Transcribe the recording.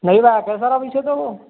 नई बाइक है सर अभी से तो वह